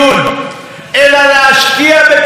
בזק זו כבר לא חברה ממשלתית,